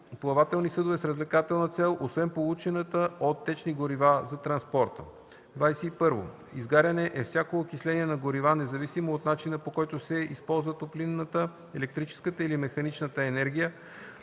плавателни съдове с развлекателна цел, освен получената от течни горива за транспорта. 21. „Изгаряне” е всяко окисление на горива, независимо от начина, по който се използва топлинната, електрическата или механичната енергия,